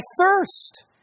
thirst